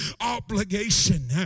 obligation